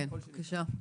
בבקשה.